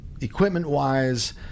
equipment-wise